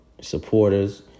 supporters